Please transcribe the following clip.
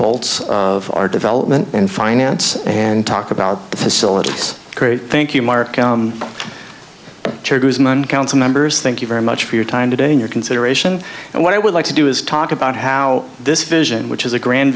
bolts of our development in finance and talk about the facilities create thank you mark but council members thank you very much for your time today in your consideration and what i would like to do is talk about how this vision which is a grand